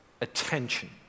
attention